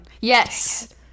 Yes